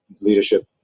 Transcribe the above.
leadership